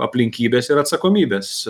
aplinkybės ir atsakomybės